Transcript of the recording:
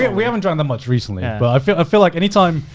yeah we haven't drank that much recently but i feel feel like anytime.